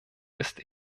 ist